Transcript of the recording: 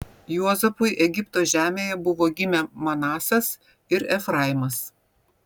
juozapui egipto žemėje buvo gimę manasas ir efraimas